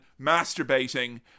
masturbating